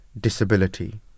disability